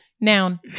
Noun